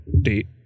date